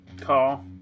call